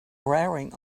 rearing